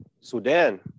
Sudan